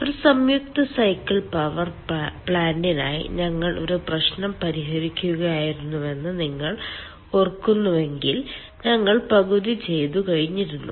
ഒരു സംയുക്ത cycle power പ്ലാന്റിനായി ഞങ്ങൾ ഒരു പ്രശ്നം പരിഹരിക്കുകയായിരുന്നുവെന്ന് നിങ്ങൾ ഓർക്കുന്നുവെങ്കിൽ ഞങ്ങൾ പകുതി ചെയ്തു കഴിഞ്ഞിരുന്നു